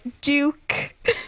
Duke